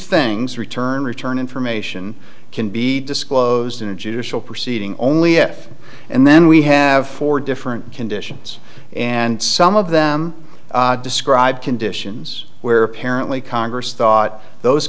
things return return information can be disclosed in a judicial proceeding only if and then we have four different conditions and some of them describe conditions where apparently congress thought those